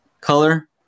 color